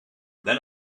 then